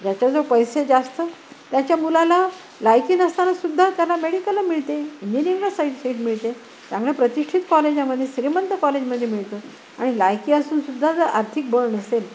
ज्याच्या जवळ पैसे जास्त त्याच्या मुलाला लायकी नसताना सुद्धा त्याला मेडिकलला मिळते इंजिनिअरिंगला साई साईड मिळते चांगल्या प्रतिष्ठित कॉलेजामध्ये श्रीमंत कॉलेजमध्ये मिळतो आणि लायकी असूनसुद्धा जर आर्थिक बळ नसेल